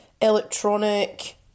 electronic